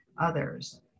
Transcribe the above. others